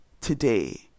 today